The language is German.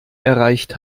erreicht